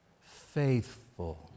faithful